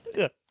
yeah,